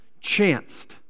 chanced